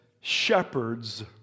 shepherds